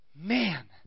Man